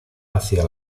hacia